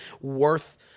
worth